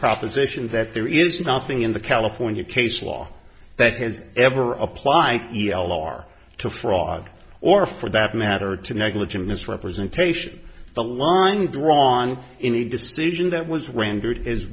proposition that there is nothing in the california case law that has ever apply e l o are to fraud or for that matter to negligent misrepresentation of the line drawn in a decision that was rendered is